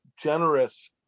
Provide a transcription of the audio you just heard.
generous